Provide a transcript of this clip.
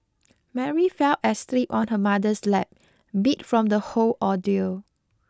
Mary fell asleep on her mother's lap beat from the whole ordeal